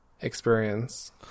experience